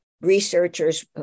researchers